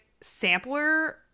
sampler